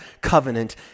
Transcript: covenant